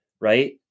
right